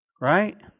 Right